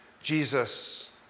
Jesus